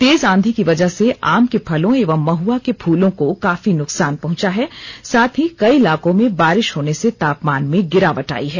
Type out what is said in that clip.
तेज आंधी की वजह से आम के फलों एवं महुआ के फूलों को काफी नुकसान पहुंचा है साथ ही कई इलाकों में बारिश होने से तापमान में गिरावट आयी है